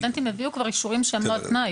סטודנטים הביאו כבר אישורים שהם לא על תנאי.